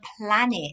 planet